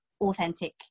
authentic